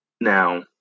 now